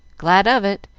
glad of it.